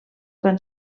van